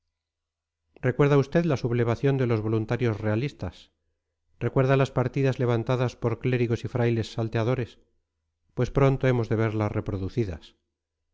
recuerda usted la sublevación de los voluntarios realistas recuerda las partidas levantadas por clérigos y frailes salteadores pues pronto hemos de verlas reproducidas